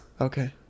Okay